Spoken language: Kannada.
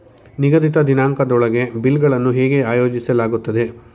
ನಿಗದಿತ ದಿನಾಂಕದೊಳಗೆ ಬಿಲ್ ಗಳನ್ನು ಹೇಗೆ ಆಯೋಜಿಸಲಾಗುತ್ತದೆ?